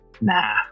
Nah